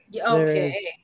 okay